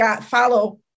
follow